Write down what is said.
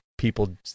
people